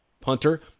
punter